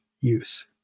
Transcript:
use